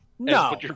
No